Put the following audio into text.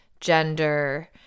gender